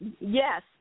Yes